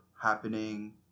happening